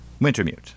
Wintermute